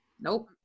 Nope